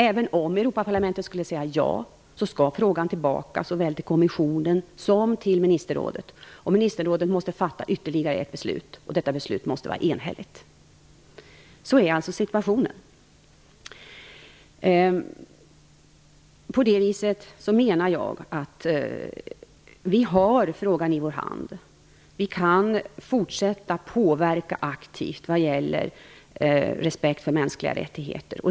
Även om Europaparlamentet skulle säga ja skall frågan tillbaka såväl till kommissionen som till ministerrådet. Ministerrådet måste fatta ytterligare ett beslut, och detta beslut måste vara enhälligt. Så är alltså situationen. Vi har frågan i vår hand. Vi kan fortsätta påverka aktivt vad gäller respekt för mänskliga rättigheter.